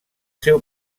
seu